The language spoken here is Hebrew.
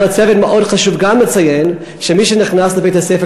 היה לצוות מאוד חשוב גם לציין שמי שנכנס לבית-הספר